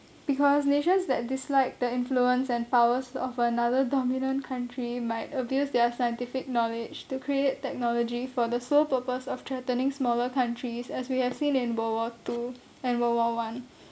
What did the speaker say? because nations that dislike the influence and powers of another dominant country might abuse their scientific knowledge to create technology for the sole purpose of threatening smaller countries as we have seen in world war two and world war one